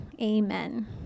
amen